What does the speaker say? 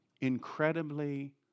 incredibly